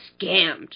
scammed